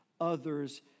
others